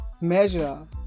measure